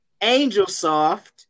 Angelsoft